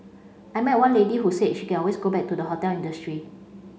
I met one lady who said she can always go back to the hotel industry